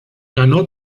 ganó